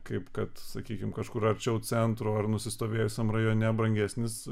kaip kad sakykim kažkur arčiau centro ar nusistovėjusiam rajone brangesnis